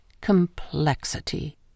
Complexity